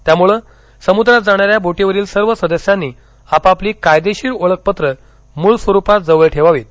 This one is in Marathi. त्यामुळे समुद्रात जाणाऱ्या बोटीवरील सर्व सदस्यांनी आपापली कायदेशीर ओळखपत्रं मूळ स्वरुपात जवळ ठेवावीत